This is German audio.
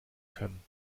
können